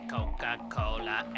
Coca-Cola